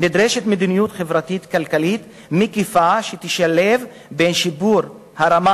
"נדרשת מדיניות חברתית כלכלית מקיפה שתשלב בין שיפור הרמה